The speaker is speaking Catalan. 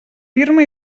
firma